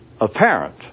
apparent